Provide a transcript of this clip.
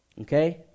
Okay